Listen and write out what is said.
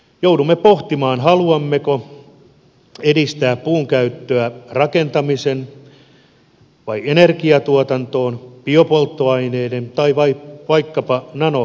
joudumme pohtimaan haluammeko edistää puunkäyttöä rakentamiseen vai energiantuotantoon biopolttoaineiden tai vaikkapa nanoteknologian kehittämiseen